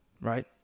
right